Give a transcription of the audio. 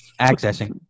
Accessing